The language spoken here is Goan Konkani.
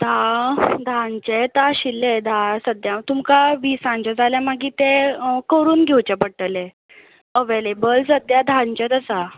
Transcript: धा धांचें येता आशिल्लें धा सद्याक तुमकां विसांचें जाल्यार मागीर तें करून घेवचें पडटलें अवेलेबल सद्याक धांचेंच आसा